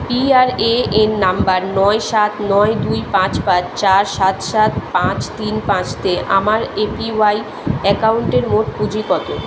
PRAN নম্বর নয় সাত নয় দুই পাঁচ পাঁচ চার সাত সাত পাঁচ তিন পাঁচেতে আমার এপিওয়াই অ্যাকাউন্টের মোট পুঁজি কত